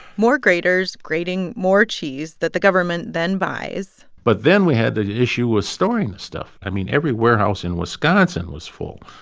more graders grading more cheese that the government then buys but then we had the issue of storing the stuff. i mean, every warehouse in wisconsin was full.